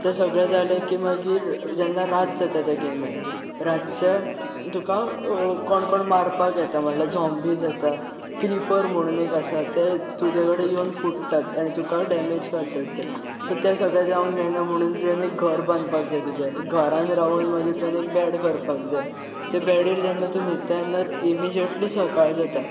तें सगळें जालें की मागीर जेन्ना रात जाता त्या गेमीन रातचें तुका कोण कोण मारपाक येता म्हळ्यार झॉम्बीज येतात क्रिपर म्हुणून एक आसा ते तुजे कडे येवन फुट्टात आनी तुका डॅमेज करतात ते सो तें सगळें जावंक जायना म्हुणून तुवेंन एक घर बांदपाक जाय तुजें घरांत रावोन मागीर तुवेंन एक बॅड करपाक जाय ते बॅडीर जेन्ना तूं न्हिदता तेन्ना इमिज्येटली सकाळ जाता